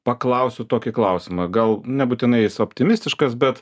paklausiu tokį klausimą gal nebūtinai jis optimistiškas bet